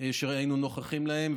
שהיינו נוכחים להן,